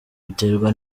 biterwa